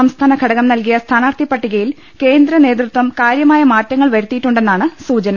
സംസ്ഥാന ഘടകം നൽകിയ സ്ഥാനാർഥി പട്ടിക യിൽ കേന്ദ്ര നേതൃത്വം കാര്യമായ മാറ്റങ്ങൾ വ്രുത്തിയിട്ടുണ്ടെന്നാണ് സൂച ന